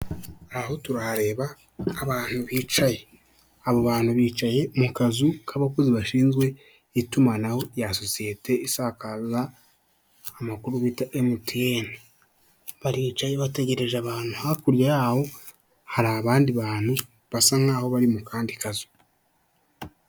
Aho turareba abantu bicaye abo bantu bicaye mu kazu k'abakozi bashinzwe itumanaho rya sosiyete isakaza amakuru bita emutiyeni baricaye bategereje abantu hakurya yaho hari abandi bantu basa nkaho bari mu kandi kazu.